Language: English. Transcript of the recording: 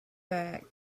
back